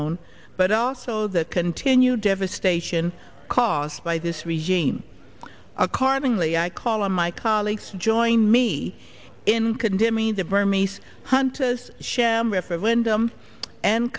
own but also the continued devastation caused by this regime accordingly i call on my colleagues join me in condemning the burmese hunters sham referendum and